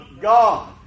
God